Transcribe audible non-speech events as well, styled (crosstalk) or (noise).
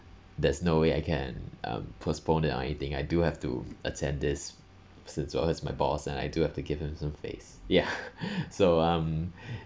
there's no way I can um postpone it or anything I do have to attend this since it was my boss and I do have to give him some face ya so (laughs) um